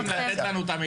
אני לא מצליחה להבין אותכם,